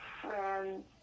friends